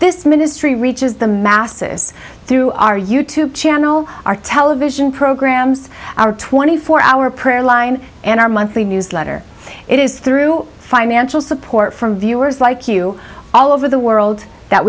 this ministry reaches the masses through our you tube channel our television programs our twenty four hour prayer line and our monthly newsletter it is through financial support from viewers like you all over the world that